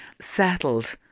settled